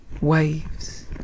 waves